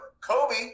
Kobe